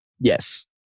Yes